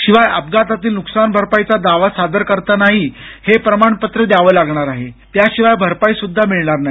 शिवाय अपघातातील नुकसान भरपाईचा दावा सादर करतानाही हे प्रमाणपत्र सादर करावं लागणार आहे त्याशिवाय भरपाई सुद्धा मिळणार नाही